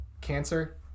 cancer